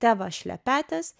teva šlepetės